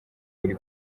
buri